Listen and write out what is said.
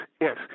yes